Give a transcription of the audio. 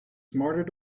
smarter